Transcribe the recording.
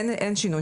אין שינוי,